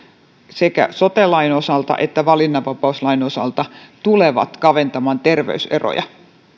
sekä sote lain osalta että valinnanvapauslain osalta tulee kaventamaan terveyseroja